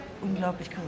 unglaublich